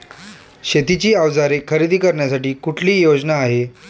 शेतीची अवजारे खरेदी करण्यासाठी कुठली योजना आहे?